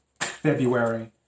february